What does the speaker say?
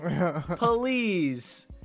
Police